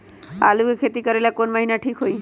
आलू के खेती करेला कौन महीना ठीक होई?